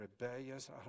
rebellious